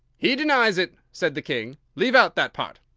he denies it, said the king leave out that part.